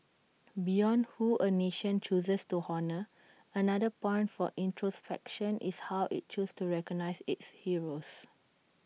beyond who A nation chooses to honour another point for introspection is how IT chooses to recognise its heroes